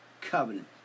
covenant